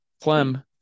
Clem